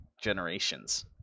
generations